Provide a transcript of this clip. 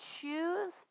choose